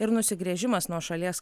ir nusigręžimas nuo šalies kai